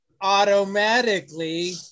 automatically